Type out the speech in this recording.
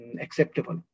acceptable